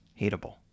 hateable